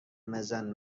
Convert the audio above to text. مزن